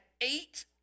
eight